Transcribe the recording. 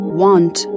want